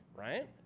right?